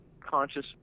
conscious